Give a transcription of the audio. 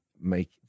make